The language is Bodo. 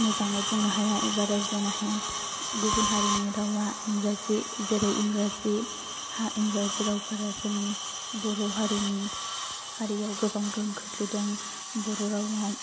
मोजाङै बुंनो हाया एबा रायज्लायनो हाया गुबुन हारिनि रावआ जेरै इंराजि इंराजि रावफोरा जोंनि बर' हारिनि हारियाव गोबां गोहोम खोख्लैदों बर' रावआव